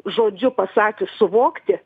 žodžiu pasakius suvokti